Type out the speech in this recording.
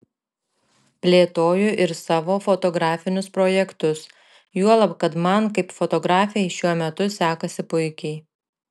plėtoju ir savo fotografinius projektus juolab kad man kaip fotografei šiuo metu sekasi puikiai